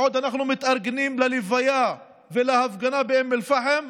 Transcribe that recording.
בעוד אנחנו מתארגנים ללוויה ולהפגנה באום אל-פחם,